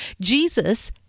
Jesus